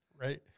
Right